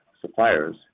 suppliers